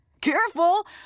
Careful